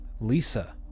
Lisa